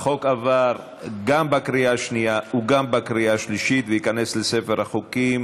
החוק עבר גם בקריאה השנייה וגם בקריאה השלישית וייכנס לספר החוקים.